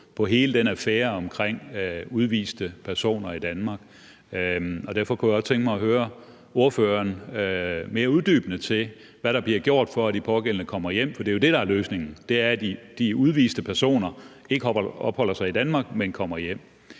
på hele den affære omkring udviste personer i Danmark. Derfor kunne jeg godt tænke mig at høre ordføreren uddybe mere, hvad der bliver gjort for, at de pågældende kommer hjem, for det er jo det, der er løsningen. Løsningen er, at de udviste personer ikke opholder sig i Danmark, men kommer hjem.